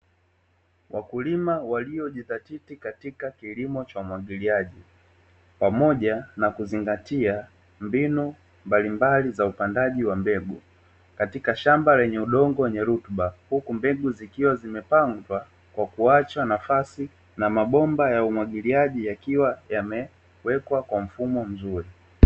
Wakulima waliojidhatiti katika kilimo cha umwagiliaji, pamoja na kuzingatia mbinu mbalimbali za upandaji wa mbegu katika shamba lenye udongo wenye rutuba, huku mbegu zikiwa zimepandwa kwa kuachwa nafasi, na mabomba ya umwagiliaji yakiwa yamewekwa kwa mfumo mzuri.